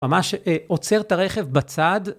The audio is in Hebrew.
ממש עוצר את הרכב בצד.